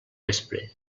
vespre